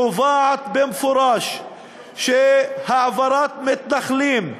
קובע במפורש שהעברת מתנחלים,